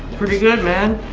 pretty good man!